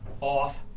off